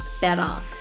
better